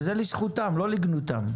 וזה לזכותם, לא לגנותם.